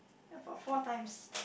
where got four times